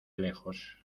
lejos